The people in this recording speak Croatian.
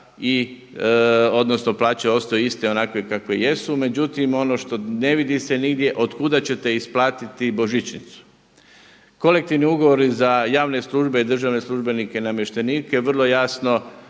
i odnosno plaće ostaju iste onakve kakve jesu. Međutim ono što ne vidi se nigdje od kuda ćete isplatiti božićnicu. Kolektivni ugovori za javne službe i državne službenike i namještenike vrlo jasno